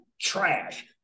trash